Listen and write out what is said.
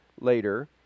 later